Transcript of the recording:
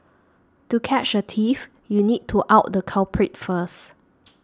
to catch a thief you need to out the culprit first